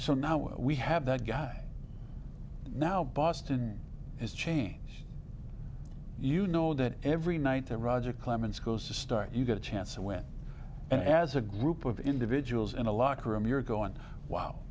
so now we have that guy now boston is change you know that every night that roger clemens goes to start you get a chance to win and as a group of individuals in a locker room you're going wow